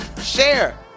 share